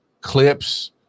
Clips –